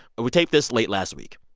but we taped this late last week.